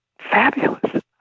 fabulous